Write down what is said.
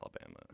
Alabama